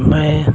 मैं